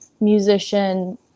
musician